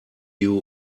you